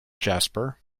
jasper